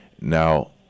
Now